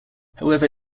however